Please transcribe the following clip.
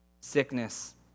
sickness